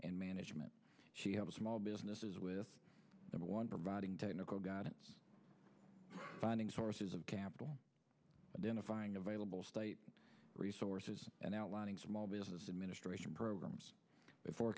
and management she has a small businesses with number one providing technical got it finding sources of capital identifying available resources and outlining small business administration programs before